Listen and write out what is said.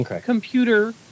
computer